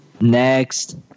next